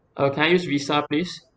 uh can I use visa please